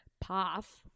path